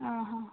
ആ ഹാ